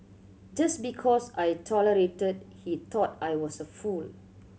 just because I tolerated he thought I was a fool